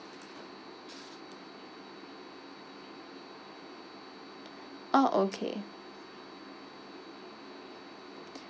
orh okay